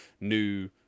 new